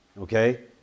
Okay